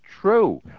true